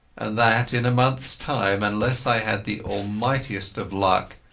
and that in a monthas time, unless i had the almightiest of luck,